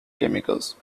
chemicals